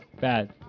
bad